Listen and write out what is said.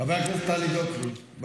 חברת הכנסת טלי גוטליב, אל תעזרי לי.